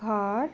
घर